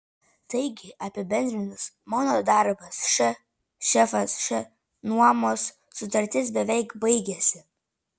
taigi apibendrinus mano darbas š šefas š nuomos sutartis beveik baigiasi